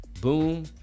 Boom